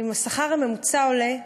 אם השכר הממוצע עולה,